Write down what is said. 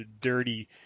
dirty